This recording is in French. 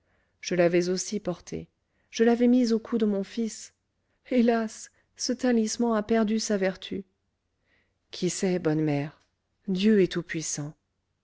je l'avais aussi portée je l'avais mise au cou de mon fils hélas ce talisman a perdu sa vertu qui sait bonne mère dieu est